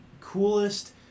coolest